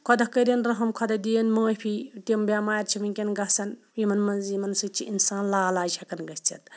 خۄداہ کٔرِن رَحَم خۄداہ دِیِن مٲفی تم بیٚمارِ چھِ وٕنکیٚن گَژھان یِمَن مَنٛز یِمَن سۭتۍ چھِ اِنسان لاعلاج ہیٚکان گٔژھِتھ